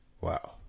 Wow